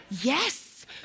yes